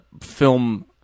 film